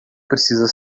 precisa